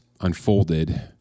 unfolded